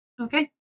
Okay